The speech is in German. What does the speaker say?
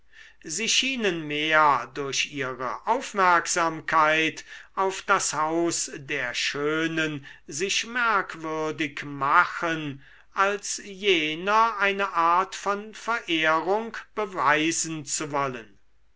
sie schienen mehr durch ihre aufmerksamkeit auf das haus der schönen sich merkwürdig machen als jener eine art von verehrung beweisen zu wollen